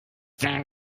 den